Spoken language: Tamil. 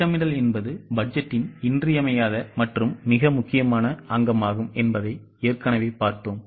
திட்டமிடல் என்பது பட்ஜெட்டின் இன்றியமையாத மற்றும் மிக முக்கியமான அங்கமாகும் என்பதை ஏற்கனவே பார்த்தோம்